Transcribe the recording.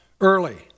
early